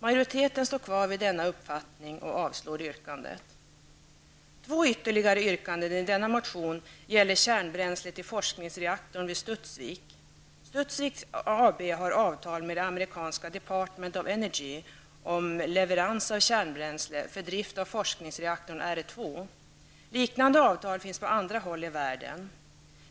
Majoriteten står kvar vid denna uppfattning och avstyrker yrkandet. Två ytterligare yrkanden i denna motion gäller kärnbränslet i forskningsreaktorn vid Studsvik AB. Studsvik AB har avtal med det amerikanska Department of Energy om leverans av kärnbränsle för drift av forskningsreaktorn R2. Liknande avtal finns på andra håll i världen.